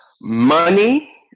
money